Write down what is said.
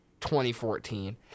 2014